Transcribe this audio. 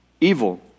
evil